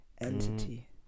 Entity